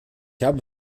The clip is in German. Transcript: habe